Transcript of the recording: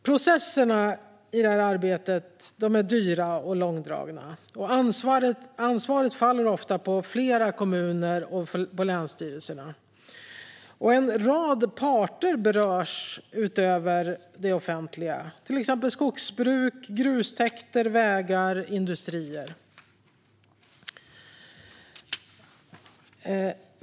Processerna i arbetet är dyra och långdragna. Ansvaret faller ofta på flera kommuner och på länsstyrelserna. En rad parter berörs utöver det offentliga, till exempel skogsbruk, grustäkter, vägar och industrier.